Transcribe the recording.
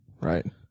Right